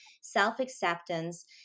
self-acceptance